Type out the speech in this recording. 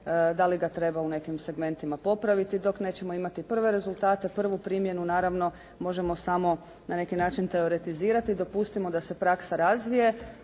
Da li ga treba u nekim segmentima popraviti? Dok nećemo imati prve rezultate, prvu primjenu naravno možemo samo na neki način teoretizirati. Dopustimo da se praksa razvije.